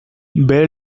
bere